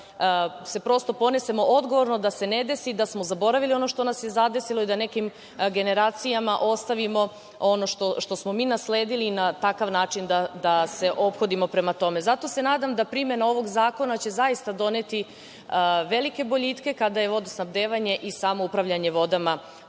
se prosto ponesemo odgovorno i da se ne desi da smo zaboravili ono što nas je zadesilo i da nekim generacijama ostavimo ono što smo mi nasledili i na takav način da se ophodimo prema tome. Nadam se da će primena ovog zakona zaista doneti velike boljitke kada je vodosnabdevanje i samoupravljanje vodama u